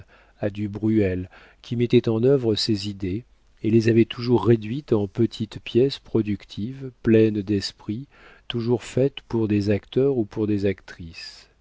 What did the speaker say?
du bruel qui mettait en œuvre ses idées et les avait toujours réduites en petites pièces productives pleines d'esprit toujours faites pour des acteurs ou pour des actrices